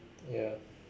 ya